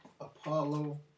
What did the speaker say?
Apollo